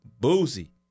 Boozy